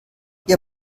ihr